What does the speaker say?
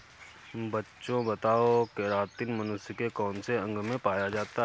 बच्चों बताओ केरातिन मनुष्य के कौन से अंग में पाया जाता है?